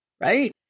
right